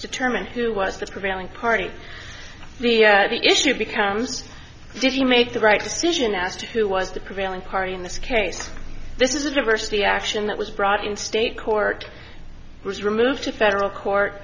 determine who was the prevailing party the issue becomes did he make the right decision as to who was the prevailing party in this case this is a diversity action that was brought in state court was removed to federal court